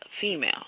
female